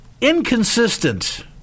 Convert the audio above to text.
inconsistent